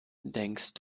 denkst